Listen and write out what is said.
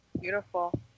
Beautiful